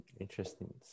Interesting